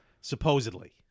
Supposedly